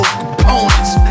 components